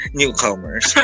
newcomers